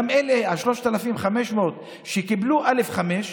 גם אלה, ה-3,500 שקיבלו א/5,